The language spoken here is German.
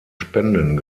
spenden